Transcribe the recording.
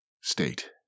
state